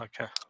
okay